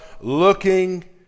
looking